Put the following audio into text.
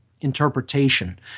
interpretation